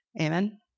Amen